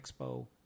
Expo